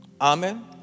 Amen